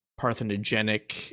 parthenogenic